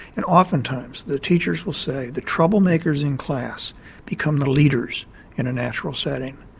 and oftentimes the teachers will say the troublemakers in class become the leaders in a natural setting,